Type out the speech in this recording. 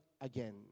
again